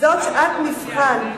זו שעת מבחן.